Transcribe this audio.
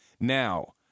Now